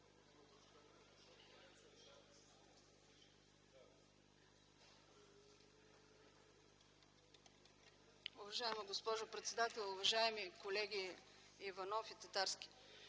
Уважаема госпожо председател, уважаеми колеги Иванов и Татарски!